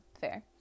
fair